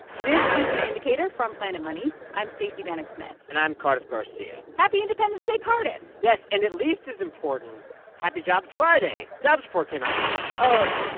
this is the indicator from planet money. i'm stacey vanek smith and i'm cardiff garcia happy independence day, cardiff yes. and at least as important happy jobs friday. jobs report came out today oh,